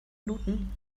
minuten